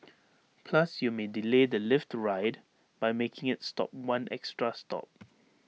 plus you may delay the lift ride by making IT stop one extra stop